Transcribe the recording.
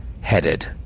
headed